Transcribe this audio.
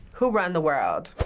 who run the world?